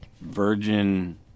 virgin